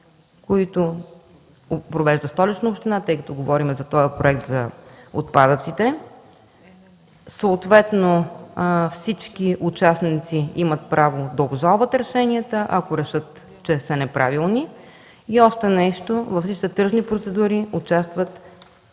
които провежда Столична община, са прозрачни, тъй като говорим за този проект за отпадъците. Съответно всички участници имат право да обжалват решенията, ако решат, че са неправилни. Още нещо, в редица тръжни процедури участват